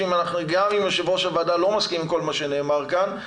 גם אם יושב ראש הוועדה לא מסכים עם כל מה שנאמר כאן,